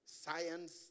Science